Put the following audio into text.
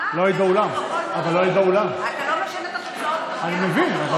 אתה לא משנה את התוצאות, אתה מודיע לפרוטוקול.